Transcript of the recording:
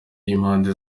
y’impande